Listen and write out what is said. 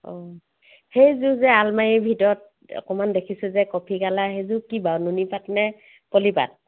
অঁ সেইযোৰ যে আলমাৰি ভিতৰত অকণমান দেখিছে যে কফি কালাৰ সেইযোৰ কি বাৰু নুনি পাট নে পলি পাট